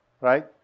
right